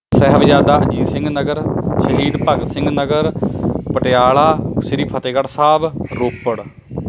Sahibzada Ajit Singh Nagar Shaheed Bhagat Singh Nagar Patiala Shri Fatehgarh Sahib Ropar